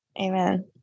Amen